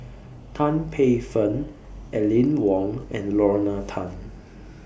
Tan Paey Fern Aline Wong and Lorna Tan